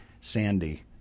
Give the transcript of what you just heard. sandy